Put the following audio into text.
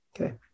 Okay